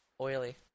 Oily